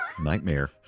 Nightmare